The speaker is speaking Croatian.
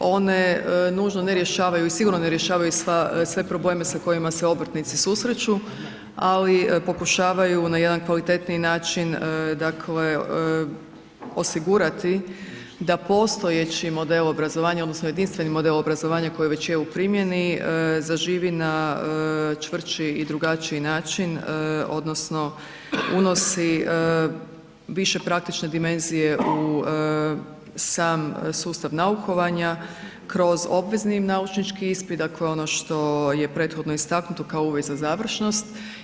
One nužno ne rješavaju i sigurno ne rješavaju sve probleme sa kojima se obrtnici susreću, ali pokušavaju na jedan kvalitetniji način dakle osigurati da postojeći model obrazovanja odnosno jedinstveni model obrazovanja koji već je u primjeni, zaživi na čvršći i drugačiji način odnosno unosi više praktične dimenzije u sam sustav naukovanja kroz obvezni naučnički ispit, dakle ono što je prethodno istaknuto kao uvjet za završnost.